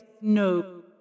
no